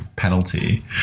penalty